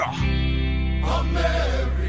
America